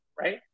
right